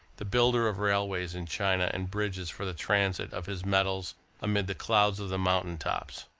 the builder of railways in china and bridges for the transit of his metals amid the clouds of the mountain tops.